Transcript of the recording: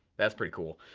that's pretty cool,